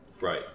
Right